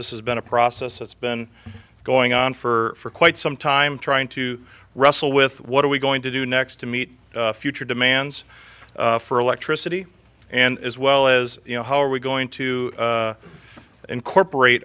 this has been a process that's been going on for quite some time trying to wrestle with what are we going to do next to meet future demands for electricity and as well as you know how are we going to incorporate